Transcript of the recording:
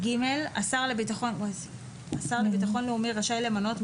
השר לביטחון לאומי רשאי למנות,